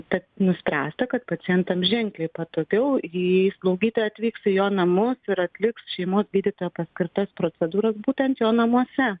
tad nuspręsta kad pacientam ženkliai patogiau jei slaugytoja atvyks į jo namus ir atliks šeimos gydytojo paskirtas procedūras būtent jo namuose